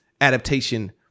adaptation